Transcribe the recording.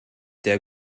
der